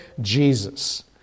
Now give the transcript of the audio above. Jesus